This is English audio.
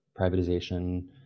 privatization